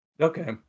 Okay